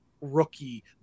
rookie